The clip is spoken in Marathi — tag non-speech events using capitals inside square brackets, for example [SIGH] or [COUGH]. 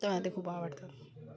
[UNINTELLIGIBLE] माझे खूप आवडतात